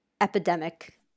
epidemic